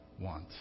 want